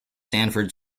sanford